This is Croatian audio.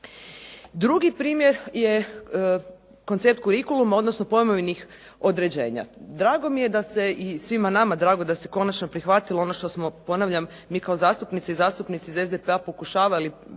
Drugi primjer je koncept kurikuluma, odnosno pojmovnih određenja. Drago mi je da se, i svima nama je drago da se konačno prihvatilo ono što smo, ponavljam mi kao zastupnici i zastupnice iz SDP-a pokušavali